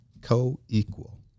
co-equal